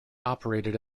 operated